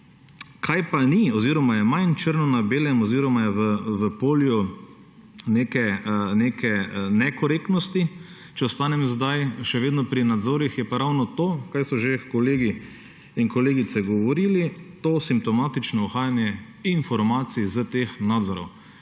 Kaj pa ni oziroma je manj črno na belem oziroma je v polju neke nekorektnosti? Če ostanem še vedno pri nadzorih, je ravno to, kar so že kolegi in kolegice govorili, to simptomatično uhajanje informacij iz teh nadzorov.